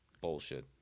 Bullshit